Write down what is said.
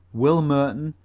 will merton,